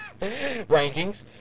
rankings